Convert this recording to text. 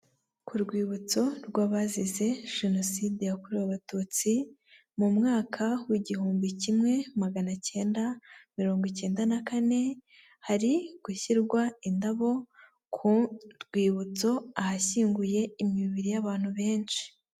Ku Rwibutso rw abazize jenoside yakorewe abatutsi mu mwaka w igihumbi kimwe maganacyenda mirongo icyenda na kane, hari gushyirwa indabo ku Rwibutso ahashyinguye imibiri y'abantu benshi.